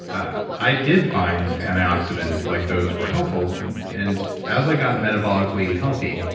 ah i did find antioxidants like those were helpful and and as i got metabolically healthy,